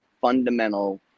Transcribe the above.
fundamental